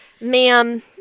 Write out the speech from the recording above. ma'am